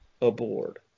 aboard